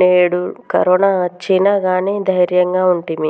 నేడు కరోనా ఒచ్చిన గానీ దైర్యంగా ఉంటిమి